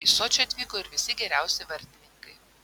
į sočį atvyko ir visi geriausi vartininkai